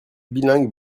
bilingues